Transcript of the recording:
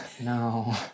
No